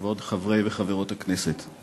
כבוד חברי וחברות הכנסת,